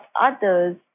others